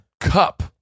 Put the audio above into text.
cup